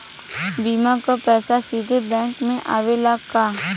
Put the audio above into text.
बीमा क पैसा सीधे बैंक में आवेला का?